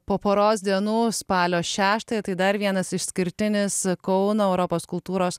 po poros dienų spalio šeštąją tai dar vienas išskirtinis kauno europos kultūros